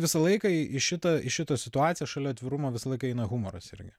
visą laiką į šitą į šitą situaciją šalia atvirumo visą laiką eina humoras irgi